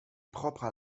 propres